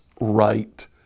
right